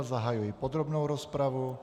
Zahajuji podrobnou rozpravu.